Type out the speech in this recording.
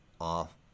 off